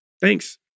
Thanks